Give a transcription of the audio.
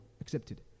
accepted